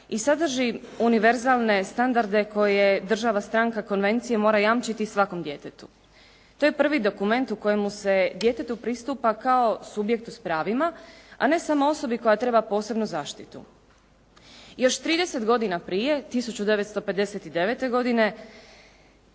i sadrži univerzalne standarde koje država stranka konvencije mora jamčiti svakom djetetu. To je prvi dokument u kojemu se djetetu pristupa kao subjektu s pravima, a ne samo osobi koja treba posebnu zaštitu. Još 30 godina prije, 1959. godine